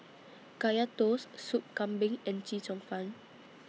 Kaya Toast Soup Kambing and Chee Cheong Fun